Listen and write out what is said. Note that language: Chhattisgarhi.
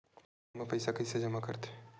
खाता म पईसा कइसे जमा करथे?